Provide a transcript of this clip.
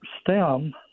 stem